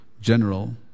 general